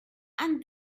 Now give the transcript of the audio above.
and